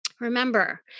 Remember